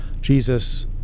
Jesus